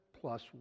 plus